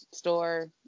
Store